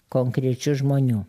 konkrečių žmonių